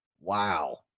Wow